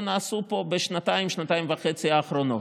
נעשו פה בשנתיים-שנתיים וחצי האחרונות.